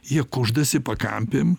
jie kuždasi pakampėm